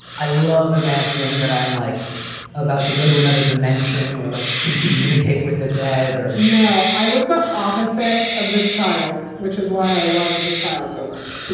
i love imagining that i'm like about to go to another dimension or like can communicate with the dead or no. i was the opposite of this child, which is why i love this child so much.